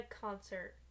concert